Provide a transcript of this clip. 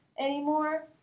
anymore